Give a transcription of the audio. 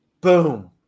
Boom